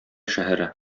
шәһәре